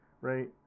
right